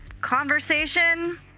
conversation